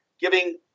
giving